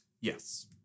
Yes